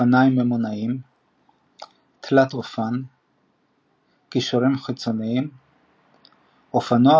אופניים ממונעים תלת-אופן קישורים חיצוניים אופנוע,